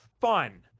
fun